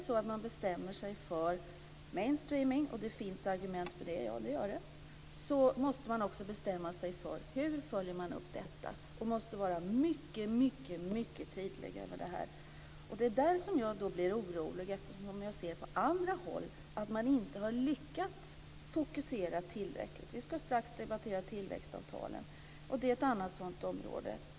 Om man bestämmer sig för mainstreaming och anser att det finns argument för det måste man också bestämma sig för hur man ska följa upp detta. Man måste vara mycket tydlig även här. Jag blir orolig när jag ser att man på andra håll inte har lyckats fokusera tillräckligt. Vi ska strax debattera tillväxtavtalen, och det är ett annat sådant område.